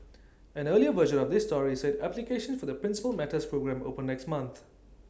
an earlier version of this story said applications for the Principal Matters programme open next month